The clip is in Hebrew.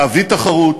להביא תחרות,